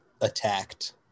attacked